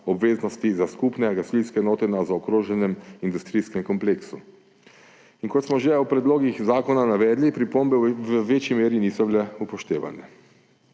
obveznosti za skupne gasilske enote na zaokroženem industrijskem kompleksu, kot smo že ob predlogih zakona navedli, pripombe v večji meri niso bile upoštevane.